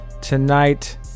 Tonight